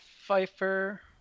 Pfeiffer